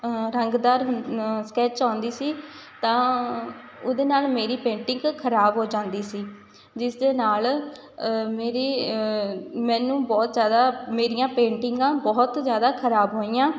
ਰੰਗਦਾਰ ਹੁੰ ਸਕੈੱਚ ਆਉਂਦੀ ਸੀ ਤਾਂ ਉਹਦੇ ਨਾਲ਼ ਮੇਰੀ ਪੇਂਟਿੰਗ ਖਰਾਬ ਹੋ ਜਾਂਦੀ ਸੀ ਜਿਸ ਦੇ ਨਾਲ਼ ਮੇਰੀ ਮੈਨੂੰ ਬਹੁਤ ਜ਼ਿਆਦਾ ਮੇਰੀਆਂ ਪੇਂਟਿੰਗਾਂ ਬਹੁਤ ਜ਼ਿਆਦਾ ਖਰਾਬ ਹੋਈਆਂ